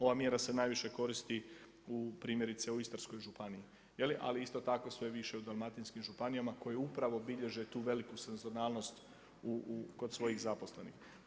Ova mjera se najviše koristi primjerice u Istarskoj županije, ali isto tako sve više i u dalmatinskim županijama koji upravo bilježe tu veliku sezonalnost kod svojih zaposlenih.